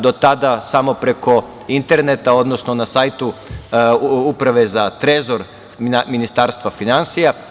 Do tada samo preko interneta, odnosno na sajtu Uprave za trezor Ministarstva finansija.